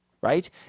right